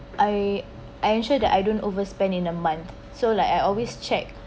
I I ensure that I don't overspend in a month so like I always check